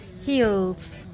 heels